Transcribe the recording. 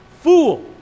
Fool